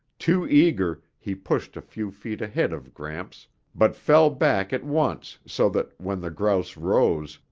too eager, he pushed a few feet ahead of gramps but fell back at once so that, when the grouse rose,